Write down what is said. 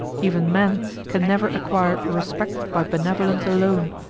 even men can never acquire respect by benevolence alone,